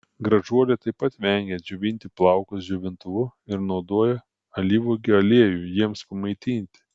gražuolė taip pat vengia džiovinti plaukus džiovintuvu ir naudoja alyvuogių aliejų jiems pamaitinti